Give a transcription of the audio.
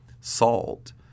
Salt